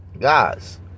Guys